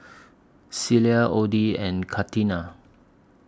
Cilla Odie and Catina